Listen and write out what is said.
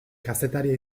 kazetaria